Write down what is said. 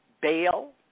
bail